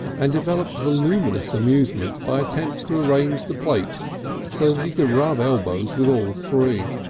and developed voluminous amusement by attempts to arrange the plates so that he could rub elbows with all three.